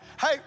Hey